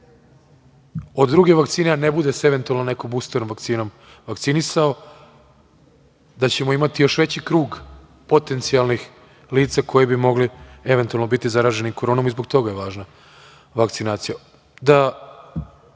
od druge vakcine, a ne bude se eventualno neko buster vakcinom vakcinisao, da ćemo imati još veći krug potencijalnih lica koja bi mogla eventualno biti zaražena koronom i zbog toga je važna vakcinacija. Da